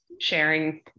sharing